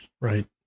Right